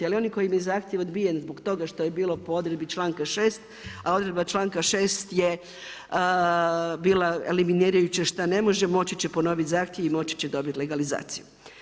Ali onima kojima je zahtjev odbijen zbog toga što je bilo po odredbi članka 6. a odredba članka 6. je bila eliminirajuća, šta ne može moći će ponoviti zahtjev i moći će dobiti legalizaciju.